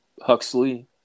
Huxley